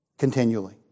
Continually